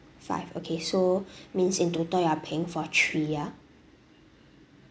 five okay so means into total you are paying for three ya